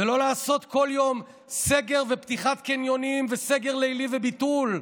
ולא לעשות כל יום סגר ופתיחת קניונים וסגר לילי וביטול,